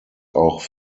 auch